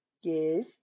Yes